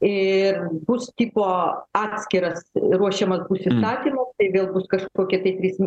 ir bus tipo atskiras ruošiamas bus įstatymas tai vėl bus kažkokie tai trys